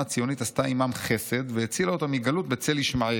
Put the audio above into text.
הציונית עשתה עימם חסד והצילה אותם מגלות בצל ישמעאל,